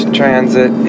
transit